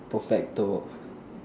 perfecto